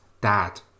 Dad